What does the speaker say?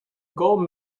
gold